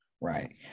Right